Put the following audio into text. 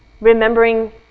Remembering